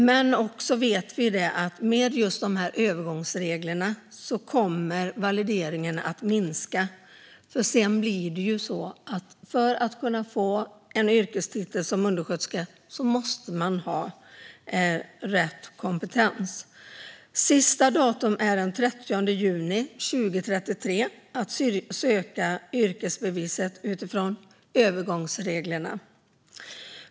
Men vi vet att med övergångsreglerna kommer valideringen att minska, för sedan blir det så att för att kunna få yrkestiteln undersköterska måste man ha rätt kompetens. Sista datum för att söka yrkesbeviset utifrån övergångsreglerna är den 30 juni 2033.